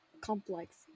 Complex